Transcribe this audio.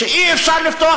שאי-אפשר לפתור